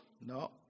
No